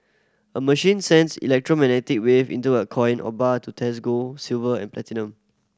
a machine sends electromagnetic wave into a coin or bar to test gold silver and platinum